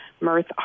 Mirth